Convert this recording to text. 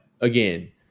again